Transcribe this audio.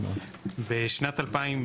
בשנת 2015,